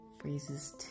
phrases